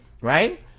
Right